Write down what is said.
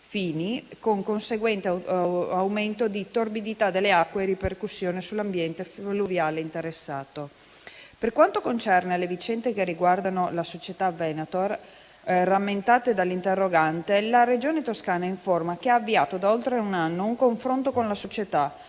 con conseguente aumento di torbidità delle acque e ripercussioni sull'ambiente fluviale interessato. Per quanto concerne le vicende che riguardano la società Venator rammentate dall'interrogante, la Regione Toscana informa che ha avviato da oltre un anno un confronto con la società